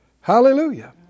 Hallelujah